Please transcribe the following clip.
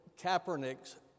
Kaepernick's